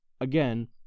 again